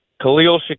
Khalil